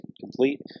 complete